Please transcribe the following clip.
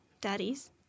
Daddies